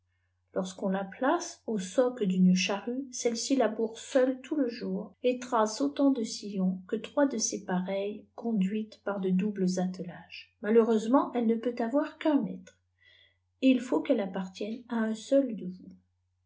on la place au soc d une charrue celle-ci laboure seule tout le jour et trace autant de sillons que trois de ses pareilles conduites par de doubles attelages malheureusement elle ne peut avoir qu un mattre et il faut qu ëde appartienne à un seul